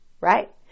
right